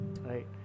right